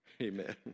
Amen